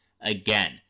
Again